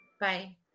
Bye